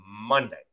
Monday